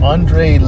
Andre